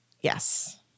Yes